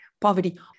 poverty